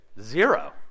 zero